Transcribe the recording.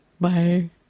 Bye